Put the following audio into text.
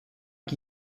qui